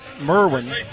Merwin